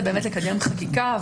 זה לקדם חקיקה,